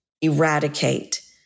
eradicate